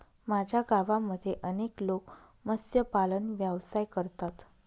माझ्या गावामध्ये अनेक लोक मत्स्यपालन व्यवसाय करतात